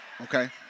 Okay